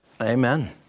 Amen